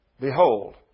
Behold